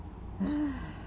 !hais!